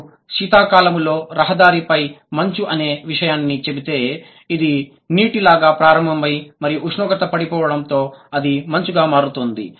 మీరు శీతాకాలములో రహదారిపై మంచు అనే విషయాన్ని చెబితే ఇది నీటిలాగా ప్రారంభమై మరియు ఉష్ణోగ్రత పడిపోవడంతో అది మంచుగా మారింది